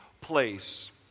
place